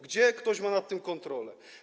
Gdzie ktoś ma nad tym kontrolę?